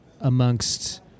amongst